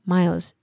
,Miles